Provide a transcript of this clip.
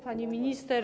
Pani Minister!